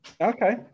Okay